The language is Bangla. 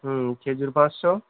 হুম খেজুর পাঁচশো